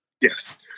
Yes